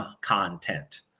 content